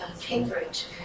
Cambridge